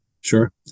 Sure